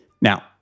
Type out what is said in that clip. Now